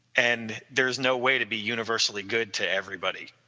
and there is no way to be universally good to everybody.